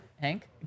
Hank